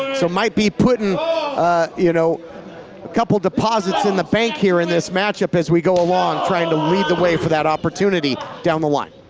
so might be puttin' you know a couple deposits in the bank here in this matchup as we go along trying to lead the way for that opportunity down the line.